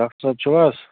doctor صٲب چھِو حظ